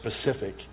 specific